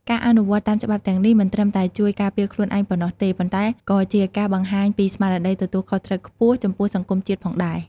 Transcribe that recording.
ការអនុវត្តតាមច្បាប់ទាំងនេះមិនត្រឹមតែជួយការពារខ្លួនឯងប៉ុណ្ណោះទេ ប៉ុន្តែក៏ជាការបង្ហាញពីស្មារតីទទួលខុសត្រូវខ្ពស់ចំពោះសង្គមជាតិផងដែរ។